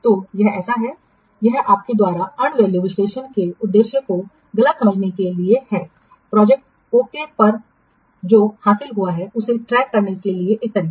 तो यह ऐसा है यह आपके द्वारा अर्नड वैल्यू विश्लेषण के उद्देश्य को गलत समझने के लिए है प्रोजेक्ट ओके पर जो हासिल हुआ है उसे ट्रैक करने के लिए एक तरीका